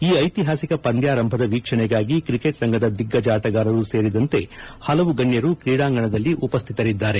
ಈ ಐತಿಹಾಸಿಕ ಪಂದ್ಯಾರಂಭದ ವೀಕ್ಷಣೆಗಾಗಿ ಕ್ರಿಕೆಟ್ ರಂಗದ ದಿಗ್ಗಜ ಆಟಗಾರರು ಸೇರಿದಂತೆ ಹಲವು ಗಣ್ಯರು ಕ್ರೀಡಾಂಗಣದಲ್ಲಿ ಉಪಸ್ಥಿತರಿದ್ದಾರೆ